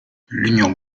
l’union